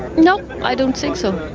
no, i don't think so.